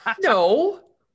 No